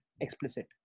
explicit